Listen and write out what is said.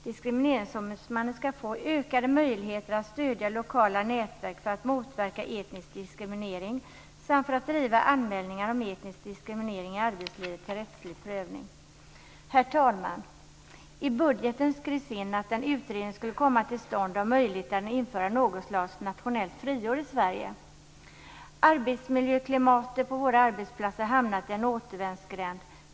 Diskrimineringsombudsmannen ska få ökade möjligheter att stödja lokala nätverk för att motverka etnisk diskriminering samt för att driva anmälningar om etnisk diskriminering i arbetslivet till rättslig prövning. Herr talman! I budgeten skrevs in att en utredning skulle komma till stånd om möjligheten att införa något slags nationellt friår i Sverige. Arbetsmiljöklimatet på våra arbetsplatser har hamnat i en återvändsgränd.